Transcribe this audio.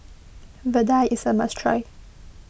Vadai is a must try